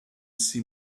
see